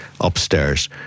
upstairs